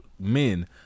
men